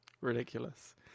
ridiculous